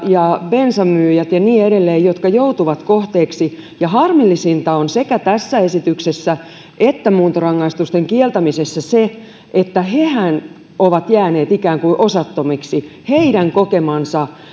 ja bensanmyyjiä ja niin edelleen jotka joutuvat kohteeksi harmillisinta on sekä tässä esityksessä että muuntorangaistusten kieltämisessä se että hehän ovat jääneet ikään kuin osattomiksi heidän kokemiaan